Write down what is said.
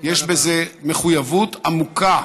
יש בזה מחויבות עמוקה